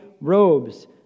robes